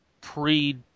pre